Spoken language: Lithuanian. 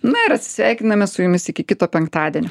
na ir atsisveikiname su jumis iki kito penktadienio